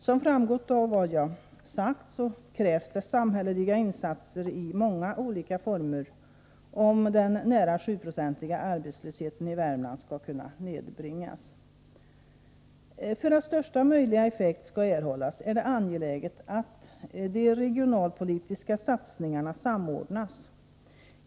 Som framgått av vad jag sagt krävs det samhälleliga insatser i många olika former om den nära 7-procentiga arbetslösheten i Värmland skall kunna nedbringas. För att största möjliga effekt skall erhållas är det angeläget att de regionalpolitiska satsningarna samordnas.